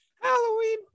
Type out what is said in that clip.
Halloween